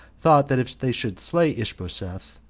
thought that if they should slay ishbosheth,